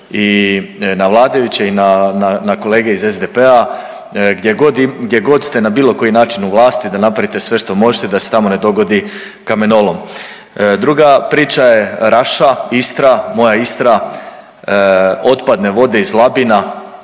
i na vladajuće i na kolege iz SDP-a gdjegod ste na bilo koji način u vlasti da napravite sve što možete da se tamo ne dogodi kamenolom. Druga priča je Raša Istra, moja Istra otpadne vode iz Labina.